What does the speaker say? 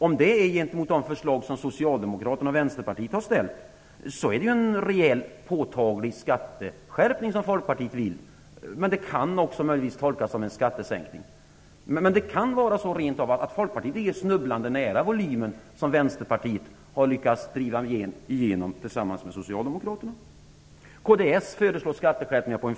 Om detta gäller gentemot de förslag som Socialdemokraterna och Vänsterpartiet har lagt fram är det en rejäl och påtaglig skatteskärpning som Folkpartiet vill ha. Det kan också möjligtvis tolkas som en skattesänkning. Det kan rentav vara så att Folkpartiets förslag ligger snubblande nära de förslag som Vänsterpartiet lyckats driva igenom tillsammans med Socialdemokraterna.